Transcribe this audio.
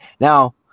Now